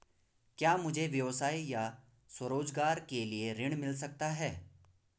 क्या मुझे व्यवसाय या स्वरोज़गार के लिए ऋण मिल सकता है?